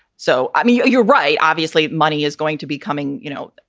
so, i mean, you're right. obviously, money is going to be coming, you know,